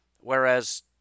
whereas